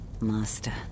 Master